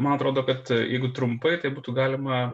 man atrodo kad jeigu trumpai tai būtų galima